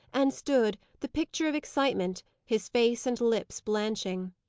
and stood, the picture of excitement, his face and lips blanching.